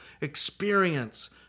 experience